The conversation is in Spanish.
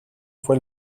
fue